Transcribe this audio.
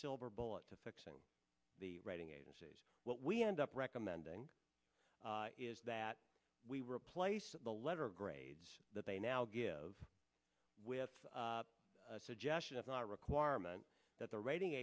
silver bullet to fixing the rating agencies what we end up recommending is that we replace the letter grades that they now give with a suggestion of not a requirement that the rating